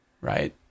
right